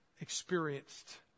experienced